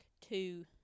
two